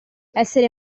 essere